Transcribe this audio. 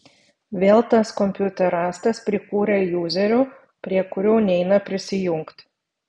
vėl tas kompiuterastas prikūrė juzerių prie kurių neina prisijungt